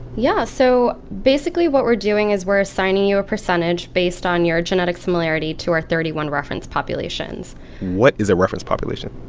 yeah. so basically, what we're doing is we're assigning you a percentage based on your genetic similarity to our thirty one reference populations what is a reference population?